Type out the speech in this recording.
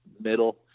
middle